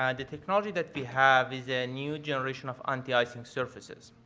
um the technology that we have is a new generation of anti-icing surfaces.